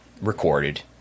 recorded